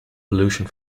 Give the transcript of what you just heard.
pollution